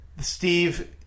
Steve